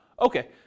okay